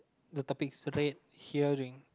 the topic red hearing